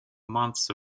months